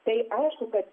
tai aišku kad